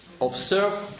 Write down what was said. Observe